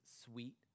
sweet